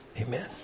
Amen